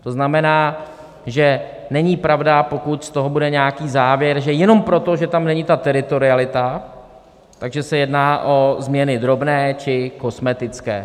To znamená, že není pravda, pokud z toho bude nějaký závěr, že jenom proto, že tam není ta teritorialita, se jedná o změny drobné či kosmetické.